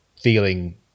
feeling